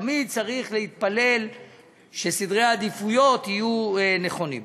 תמיד צריך להתפלל שסדרי העדיפויות יהיו נכונים.